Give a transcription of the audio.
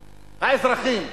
האזרחים.